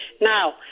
Now